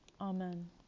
Amen